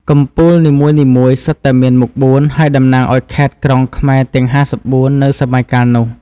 កំពូលនីមួយៗសុទ្ធតែមានមុខបួន ហើយតំណាងឱ្យខេត្ត-ក្រុងខ្មែរទាំង ៥៤ នៅសម័យកាលនោះ។